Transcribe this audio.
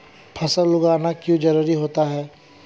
फसल उगाना क्यों जरूरी होता है?